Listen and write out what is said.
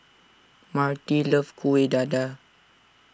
Marti loves Kueh Dadar